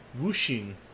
whooshing